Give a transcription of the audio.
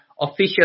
official